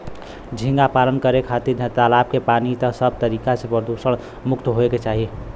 झींगा पालन करे खातिर तालाब के पानी सब तरीका से प्रदुषण मुक्त होये के चाही